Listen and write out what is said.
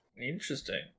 Interesting